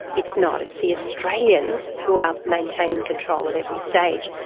it's not it's the australians who are maintaining control at every stage.